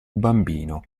bambino